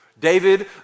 David